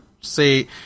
say